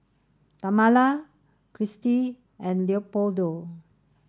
Tamala Kirstie and Leopoldo